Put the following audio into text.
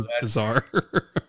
bizarre